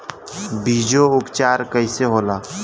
बीजो उपचार कईसे होला?